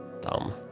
Dumb